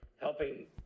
helping